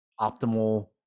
optimal